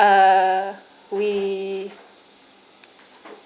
uh we